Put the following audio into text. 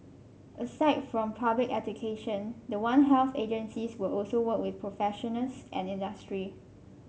aside from public education the one health agencies will also work with professionals and industry